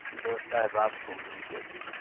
دوست احباب گھومنے کے لیے